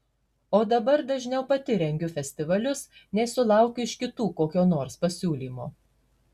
o dabar dažniau pati rengiu festivalius nei sulaukiu iš kitų kokio nors pasiūlymo